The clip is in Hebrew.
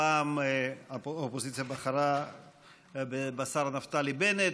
הפעם האופוזיציה בחרה בשר נפתלי בנט.